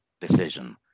decision